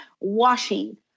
washing